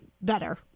better